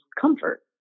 comfort